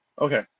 Okay